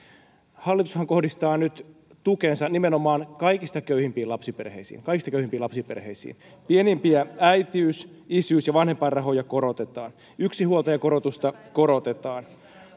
hallitushan kohdistaa nyt tukensa nimenomaan kaikista köyhimpiin lapsiperheisiin kaikista köyhimpiin lapsiperheisiin pienimpiä äitiys isyys ja vanhempainrahoja korotetaan yksinhuoltajakorotusta korotetaan